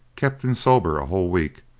kept him sober a whole week,